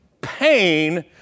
pain